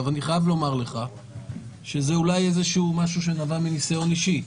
אני חייב לומר לך שזה אולי משהו שנבע מניסיון אישי,